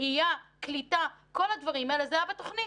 שהייה, קליטה, כל הדברים האלה זה היה בתוכנית.